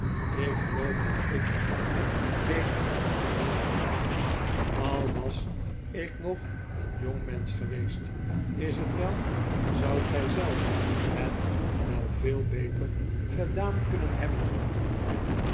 ik geloof dat ik het niet beter gedaan kon hebben al was ik nog een jongmensch geweest is t wel zoudt gij zelf het wel veel beter gedaan kunnen hebben he